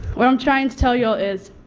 what i'm trying to tell you all is